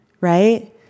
Right